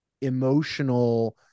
emotional